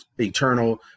eternal